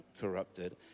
corrupted